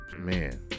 Man